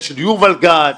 של יובל גד,